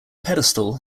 pedestal